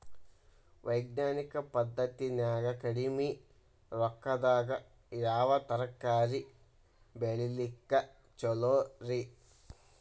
ವೈಜ್ಞಾನಿಕ ಪದ್ಧತಿನ್ಯಾಗ ಕಡಿಮಿ ರೊಕ್ಕದಾಗಾ ಯಾವ ತರಕಾರಿ ಬೆಳಿಲಿಕ್ಕ ಛಲೋರಿ?